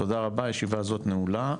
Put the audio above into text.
תודה רבה, הישיבה הזאת נעולה.